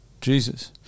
Jesus